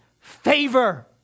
favor